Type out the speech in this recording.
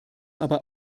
aber